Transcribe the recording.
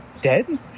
dead